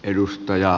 edustaja